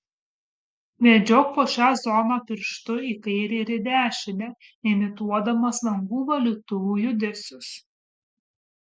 vedžiok po šią zoną pirštu į kairę ir į dešinę imituodamas langų valytuvų judesius